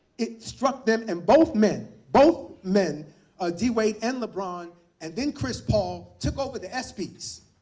it struck them. and both men both men ah d. wade and lebron and then chris paul took over the espys.